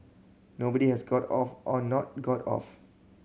nobody has got off or not got off